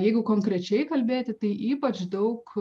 jeigu konkrečiai kalbėti tai ypač daug